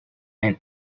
and